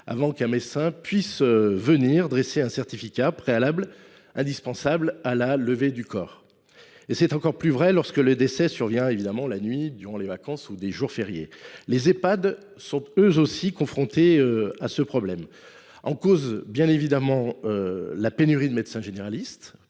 avant qu’un médecin ne puisse venir dresser un certificat, préalable indispensable à la levée du corps. C’est encore plus vrai lorsque le décès survient la nuit, durant les vacances ou lors d’un jour férié. Les Ehpad sont, eux aussi, confrontés à ce problème. Se trouve en cause, bien évidemment, la pénurie de médecins généralistes,